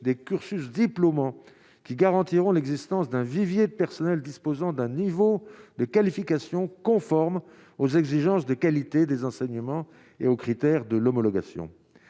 des cursus diplômant qui garantiront l'existence d'un vivier de personnel disposant d'un niveau de qualification conforme aux exigences de qualité des enseignements et aux critères de l'homologation